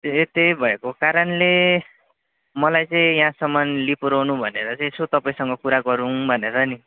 ए त्यही भएको कारणले मलाई चाहिँ यहाँसम्म ल्याई पुर्याउनु भनेर चाहिँ यसो तपाईँसँग कुरा गरौँ भनेर नि